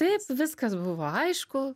taip viskas buvo aišku